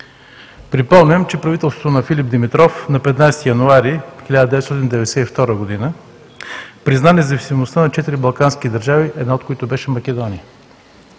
Припомням, че правителството на Филип Димитров на 15 януари 1992 г. призна независимостта на четири балкански държави, една от които беше Македония.